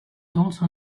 also